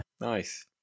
nice